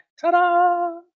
Ta-da